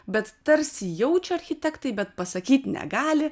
bet tarsi jaučia architektai bet pasakyt negali